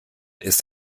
ist